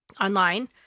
online